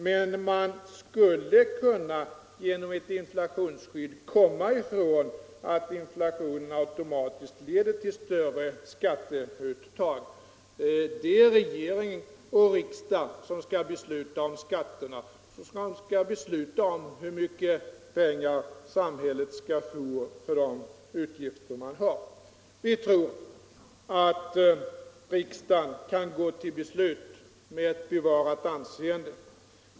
Men man skulle genom ett inflationsskydd kunna komma ifrån att inflationen automatiskt leder till större skatteuttag. Det är regering och riksdag som skall besluta om skatterna och om hur mycket pengar samhället skall få till de utgifter som finns. Vi tror att riksdagen kan gå till beslut med ett bevarat anseende.